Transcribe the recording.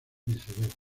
viceversa